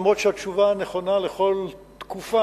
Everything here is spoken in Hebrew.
אף שהתשובה נכונה לכל תקופה,